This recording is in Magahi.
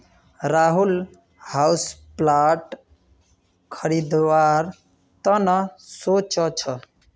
राहुल हाउसप्लांट खरीदवार त न सो च छ